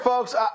Folks